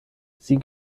sie